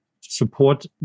support